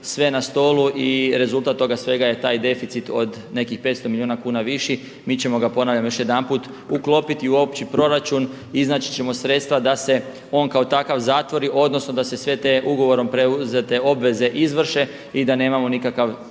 sve na stolu i rezultat toga svega je taj deficit od nekih 500 milijuna kuna viši. Mi ćemo ga ponavljam još jedanput uklopiti u opći proračun i iznaći ćemo sredstva da se on kako takav zatvori odnosno da se sve te ugovorom preuzete obveze izvrše i da nemamo nikakav